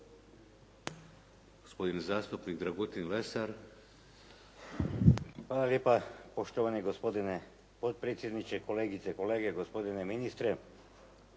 Hvala